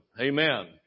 amen